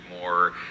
more